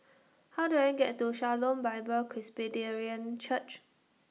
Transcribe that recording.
How Do I get to Shalom Bible Presbyterian Church